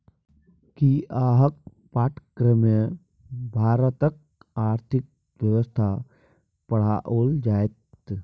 कि अहाँक पाठ्यक्रममे भारतक आर्थिक व्यवस्था पढ़ाओल जाएत?